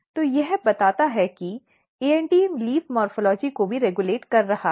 तो यह बताता है कि ANT पत्ती मॉर्फ़ॉलजी को भी रेगुलेट कर रहा है